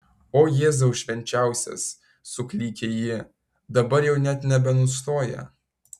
o jėzau švenčiausias suklykė ji dabar jau net nebenustoja